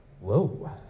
Whoa